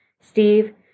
Steve